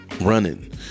running